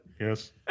Yes